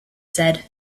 said